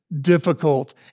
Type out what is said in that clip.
difficult